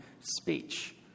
speech